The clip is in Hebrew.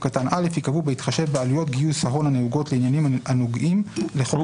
קטן (א) ייקבעו בהתחשב בעלויות גיוס ההון הנהוגות לעניינים הנוגעים לחוק